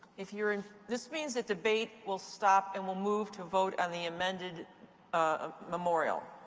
if you're and this means that debate will stop and we'll move to vote on the amended ah memorial.